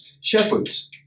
shepherds